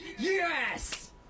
Yes